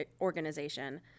organization